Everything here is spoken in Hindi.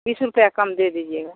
बीस रुपया कम दे दीजिएगा